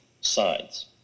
sides